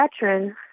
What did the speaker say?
veteran